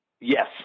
Yes